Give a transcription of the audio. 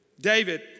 David